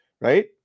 Right